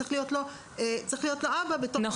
צריך להיות לו אבא --- נכון.